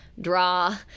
draw